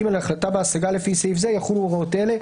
(ג)על החלטה בהשגה לפי סעיף זה יחולו הוראות אלה: